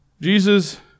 Jesus